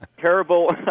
terrible